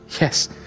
Yes